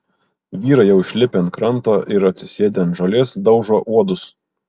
vyrai jau išlipę ant kranto ir atsisėdę ant žolės daužo uodus